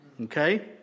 okay